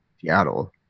Seattle